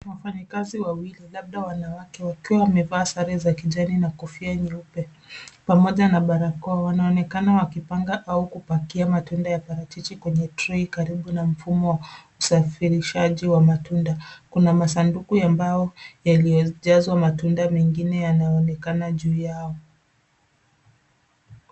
Wafanyikazi wawili labda wanawake wakiwa wamevaa sare za kijani na kofia nyeupe pamoja na barakoa wanaonekana wakipanga au kupakia matunda ya parachichi kwenye tray karibu na mfumo wa usafirishaji wa matunda. Kuna masanduku ya mbao yaliyo jazwa matunda mengine yanaonekana juu yao.